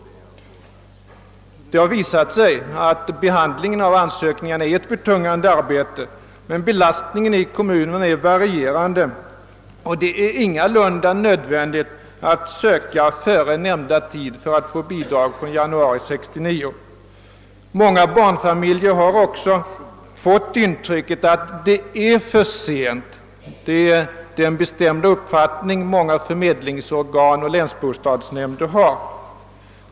Det har visat sig att behandlingen av ansökningarna är ett betungande arbete, men belastningen inom de olika kommunerna är varierande, och det är ingalunda nödvändigt att ansöka före nämnda tid för att få bidrag från den 1 januari 1969. Många barnfamiljer har också fått intrycket att det nu är för sent att söka efter den 135 oktober i år. Det är den bestämda uppfattning som många förmedlingsorgan och länsbostadsnämnder har.